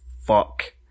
fuck